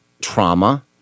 trauma—